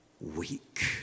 weak